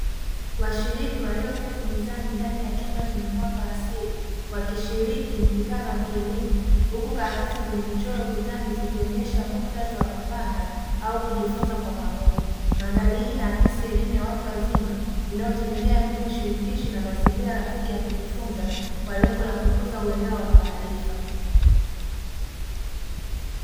Washiriki walioketi mezani ndani ya chumba chenye mwanga wa asili, wakishiriki mkutano wa kielimu huku karatasi zenye michoro ukutani zikionyesha muktadha wa kupanga au kujifunza kwa pamoja. Mandhari hii inaakisi eleimu ya watu wazima inayotegemea mbinu shirikishi na mazingira rafiki ya kujifunza kwa lengo la kukuza uelewa wa taarifa.